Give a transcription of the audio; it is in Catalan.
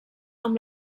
amb